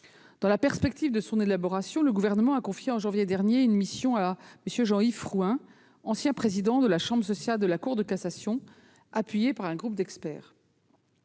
Dans la perspective de son élaboration, le Gouvernement a confié en janvier dernier une mission à M. Jean-Yves Frouin, ancien président de la chambre sociale de la Cour de cassation, appuyé par un groupe d'experts.